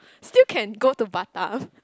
still can go to Batam